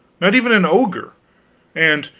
not even an ogre and,